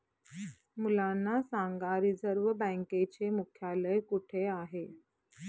मुलांना सांगा रिझर्व्ह बँकेचे मुख्यालय कुठे आहे